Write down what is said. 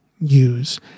use